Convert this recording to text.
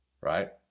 right